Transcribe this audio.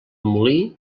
molí